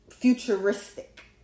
futuristic